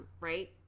right